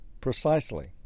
Precisely